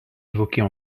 évoquée